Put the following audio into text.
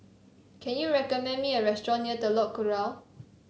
can you recommend me a restaurant near Telok Kurau